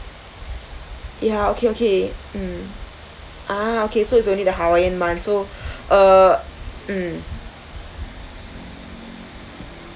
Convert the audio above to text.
ya okay okay mm ah okay so is only the hawaiian [one] so uh mm